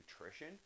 nutrition